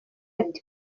ati